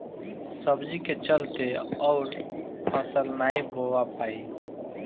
सब्जी के चलते अउर फसल नाइ बोवा पाई